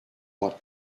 what